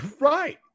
right